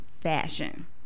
fashion